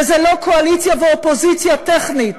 וזה לא קואליציה ואופוזיציה טכנית.